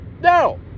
No